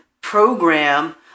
program